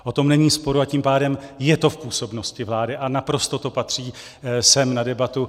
O tom není sporu, a tím pádem je to v působnosti vlády a naprosto to patří sem na debatu.